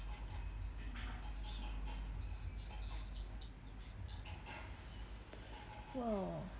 !wow!